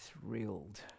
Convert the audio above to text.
thrilled